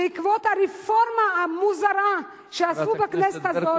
בעקבות הרפורמה המוזרה שעשו בכנסת הזאת,